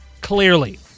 clearly